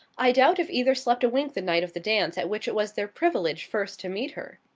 i doubt if either slept a wink the night of the dance at which it was their privilege first to meet her.